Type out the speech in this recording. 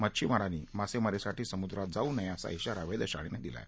मच्छीमारांनी मासेमारीसाठी समुद्रात जाऊ नये असा श्रीारा वेधशाळेनं दिला आहे